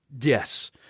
Yes